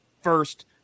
first